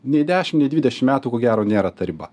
nei dešim nei dvidešim metų ko gero nėra ta riba